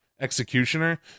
executioner